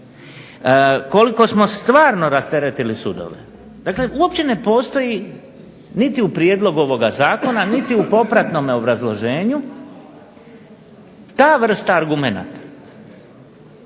Koliko smo stvarno rasteretili sudove? Dakle, uopće ne postoji niti u prijedlogu ovoga zakona niti u popratnome obrazloženju ta vrsta argumenata